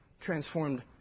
transformed